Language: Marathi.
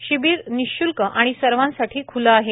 हे शिबीर निरूश्ल्क आणि सर्वासाठी खूले आहे